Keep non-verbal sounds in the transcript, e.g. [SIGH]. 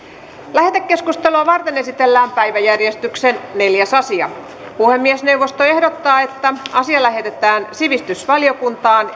lähetekeskustelua varten esitellään päiväjärjestyksen neljäs asia puhemiesneuvosto ehdottaa että asia lähetetään sivistysvaliokuntaan [UNINTELLIGIBLE]